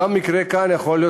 גם המקרה כאן יכול להיות,